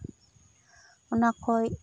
ᱚᱱᱟ ᱠᱷᱚᱱ